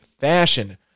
fashion